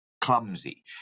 clumsy